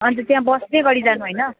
अन्त त्यहाँ बस्दै गरी जानु होइन